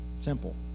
simple